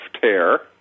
tear